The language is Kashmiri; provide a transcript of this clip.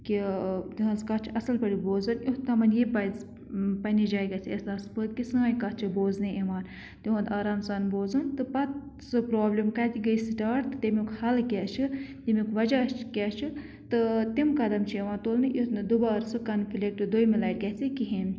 کہِ تِہنٛز کَتھ چھِ اَصٕل پٲٹھۍ بوزٕنۍ یُتھ تِمَن یہِ پَزِ پنٛنہِ جاے گژھِ احساس پتہٕ کہِ سٲنۍ کَتھ چھَ بوزنہٕ یِوان تِہُنٛد آرام سان بوزُن تہٕ پَتہٕ سُہ پرٛابلِم کَتہِ گٔیٚے سِٹاٹ تہٕ تمیُک حل کیٛاہ چھِ تمیُک وَجہہ کیٛاہ چھُ تہٕ تِم قدم چھِ یِوان تُلنہٕ یُتھ نہٕ دُبارٕ سُہ کَنفلِٹ دوٚیمہِ لَٹہِ گژھِ کِہیٖنۍ